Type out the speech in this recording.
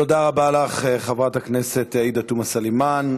תודה רבה לך, חברת הכנסת עאידה תומא סלימאן.